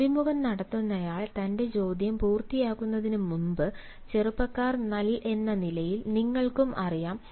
അഭിമുഖം നടത്തുന്നയാൾ തന്റെ ചോദ്യം പൂർത്തിയാക്കുന്നതിന് മുമ്പ് ചെറുപ്പക്കാർ എന്ന നിലയിൽ നിങ്ങൾക്കും അറിയാം